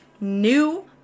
new